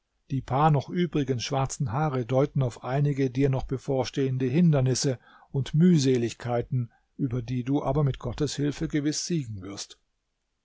die paar noch übrigen schwarzen haare deuten auf einige dir noch bevorstehende hindernisse und mühseligkeiten über die du aber mit gottes hilfe gewiß siegen wirst